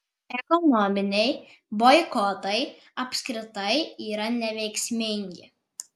ekonominiai boikotai apskritai yra neveiksmingi